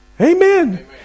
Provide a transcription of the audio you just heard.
Amen